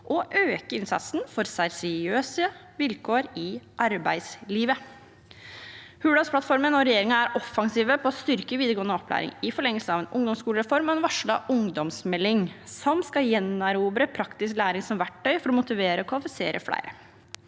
og øke innsatsen for seriøse vilkår i arbeidslivet. Hurdalsplattformen og regjeringen er offensiv i å styrke videregående opplæring i forlengelsen av en ungdomsskolereform og en varslet ungdomsmelding som skal gjenerobre praktisk læring som verktøy for å motivere og kvalifisere flere.